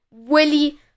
willie